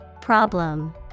Problem